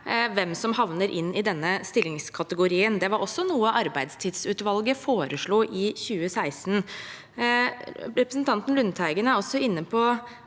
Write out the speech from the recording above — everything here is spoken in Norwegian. hvem som havner inn under denne stillingskategorien. Det var også noe arbeidstidsutvalget foreslo i 2016. Representanten Lundteigen er også inne på